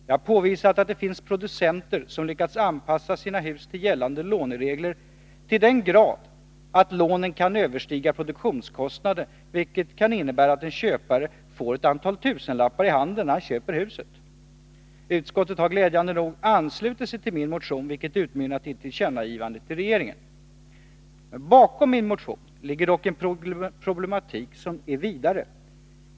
Jag har påvisat att det finns producenter som lyckats anpassa sina hus till gällande låneregler till den grad att lånen kan överstiga produktionskostnaden, vilket kan innebära att en köpare får ett antal tusenlappar i handen när han köper huset. Utskottet har, glädjande nog, anslutit sig till min motion, vilket utmynnat i ett tillkännagivande till regeringen. Bakom min motion ligger dock en problematik som är vidare.